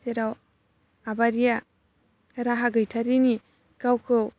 जेराव आबारिया राहा गैथारैनि गावखौ